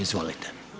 Izvolite.